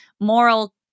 moral